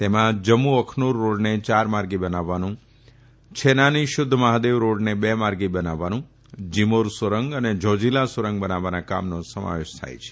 તેમાં જમ્મુ અખનુર રોડને ચાર માર્ગી બનાવવાનું છેનાની શુધ્ધ મહાદેવ રોડને બે માર્ગી બનાવવાનું ઝીમોર સુરંગ અને ઝોઝીલા સુરંગ બનાવવાના કામનો સમાવેશ થાય છે